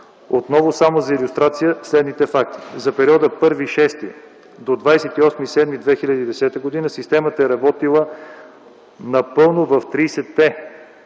Отново само за илюстрация следните факти: за периода 1.06. до 28.07.2010 г. системата е работила напълно в